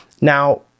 Now